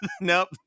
nope